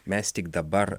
mes tik dabar